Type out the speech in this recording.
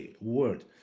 word